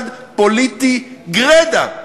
ושוחד פוליטי גרידא,